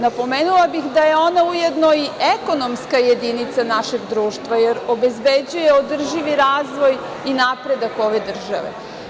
Napomenula bih da je ona ujedno i ekonomska jedinica našeg društva, jer obezbeđuje održivi razvoj i napredak ove države.